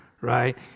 right